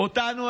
"אותנו,